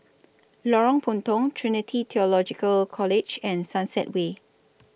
Lorong Puntong Trinity Theological College and Sunset Way